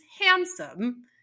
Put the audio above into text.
handsome